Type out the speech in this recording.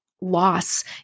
loss